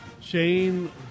Shane